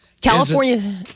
California